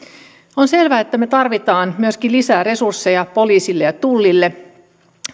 on selvää että me tarvitsemme myöskin lisää resursseja poliisille ja tullille